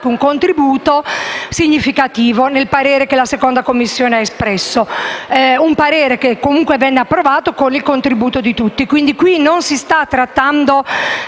Grazie